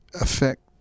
affect